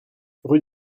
rue